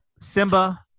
Simba